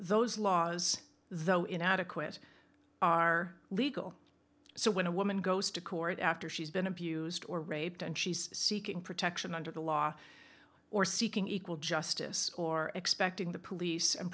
those laws though inadequate are legal so when a woman goes to court after she's been abused or raped and she's seeking protection under the law or seeking equal justice or expecting the police and